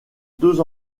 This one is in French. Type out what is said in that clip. deux